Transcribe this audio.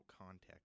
context